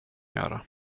göra